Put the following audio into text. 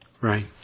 Right